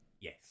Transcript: Yes